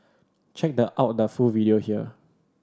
check the out the full video here